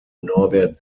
norbert